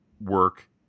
work